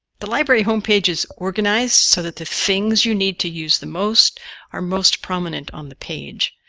the library homepage is organized so that the things you need to use the most are most prominent on the page.